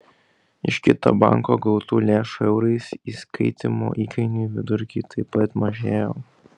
iš kito banko gautų lėšų eurais įskaitymo įkainių vidurkiai taip pat mažėjo